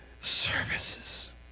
services